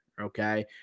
Okay